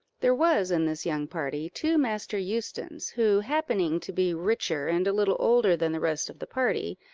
there was in this young party two master eustons, who, happening to be richer and a little older than the rest of the party,